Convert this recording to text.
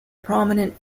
prominent